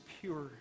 pure